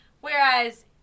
whereas